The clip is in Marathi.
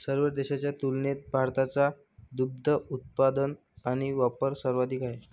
सर्व देशांच्या तुलनेत भारताचा दुग्ध उत्पादन आणि वापर सर्वाधिक आहे